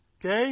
Okay